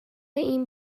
این